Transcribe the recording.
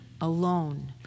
alone